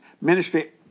ministry